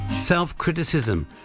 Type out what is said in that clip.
Self-criticism